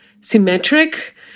symmetric